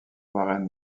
varenne